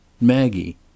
Maggie